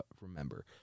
remember